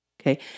Okay